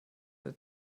der